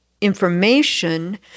information